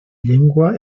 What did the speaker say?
llengua